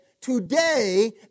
today